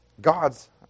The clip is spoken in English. God's